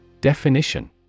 Definition